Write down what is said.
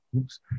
Oops